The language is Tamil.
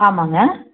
ஆமாங்க